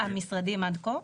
המשרדים עד כה?